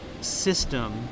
system